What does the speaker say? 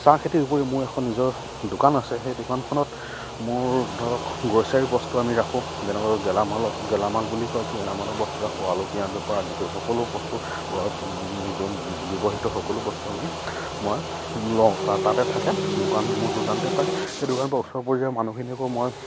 চাহ খেতি কৰি মোৰ এখন নিজৰ দোকান আছে সেই দোকানখনত মোৰ ধৰক গ্ৰছাৰী বস্তু আমি ৰাখোঁ যেনেকৈ গেলামালৰ গেলামাল বুলি কয় যে গেলামালৰ বস্তু ৰাখোঁ আলু পিঁয়াজৰ পৰা আদি কৰি সকলো বস্তু ঘৰত ব্যৱহৃত সকলো বস্তু আমি মই লওঁ তাত তাতে থাকে দোকান মোৰ দোকানতে পায় সেই দোকানৰপৰা ওচৰ পাঁজৰৰ মানুহখিনিকো মই